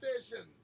station